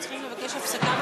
הוצאות פיתוח אחרות,